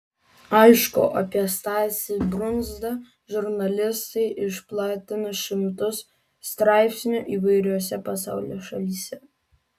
aišku apie stasį brundzą žurnalistai išplatino šimtus straipsnių įvairiose pasaulio šalyse